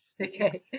okay